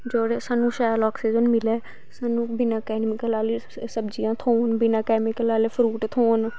जेह्दी स्हानू शैल आक्सीजन मिलै स्हानू बिना कैमिकल आह्ली सब्जियां थ्होन बिना कैमिकल आह्ले फ्रूट थ्होन